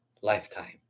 lifetime